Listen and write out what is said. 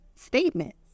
Statements